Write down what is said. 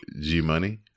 G-Money